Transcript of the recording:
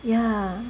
yeah